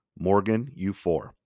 MorganU4